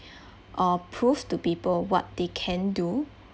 or prove to people what they can do